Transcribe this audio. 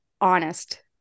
honest